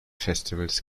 festivals